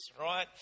Right